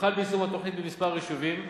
הוחל ביישום התוכנית בכמה יישובים: